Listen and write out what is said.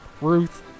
Ruth